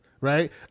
right